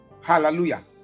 Hallelujah